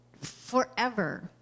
forever